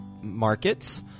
markets